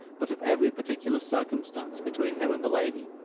but of every particular circumstance between him and the lady,